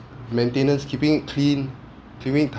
maintenance keeping it clean keeping it ti~